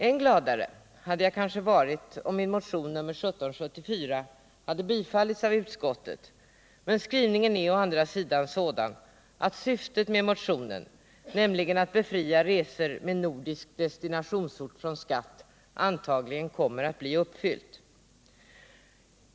Än gladare hade jag kanske varit, om min motion nr 1774 hade tillstyrkts av utskottet, men skrivningen är å andra sidan sådan att syftet med motionen, nämligen att befria resor med nordisk destinationsort från skatt, antagligen kommer att bli uppfyllt.